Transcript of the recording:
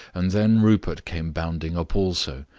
and then rupert came bounding up also,